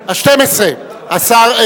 השתים-עשרה,